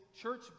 church